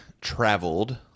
traveled